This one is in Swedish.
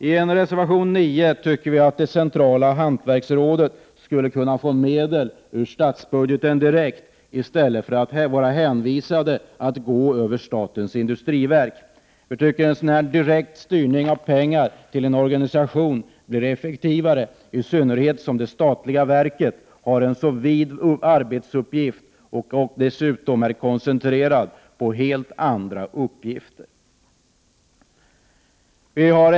I reservation 9 anser vi att Centrala hantverksrådet skulle kunna få medel direkt ur statsbudgeten i stället för att vara hänvisade till att gå över statens industriverk. Vi tycker att en direkt styrning av pengar till en organisation blir effektivare, i synnerhet som det statliga verket har en så vid arbetsuppgift och är koncentrerat på andra uppgifter.